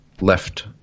left